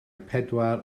pedwar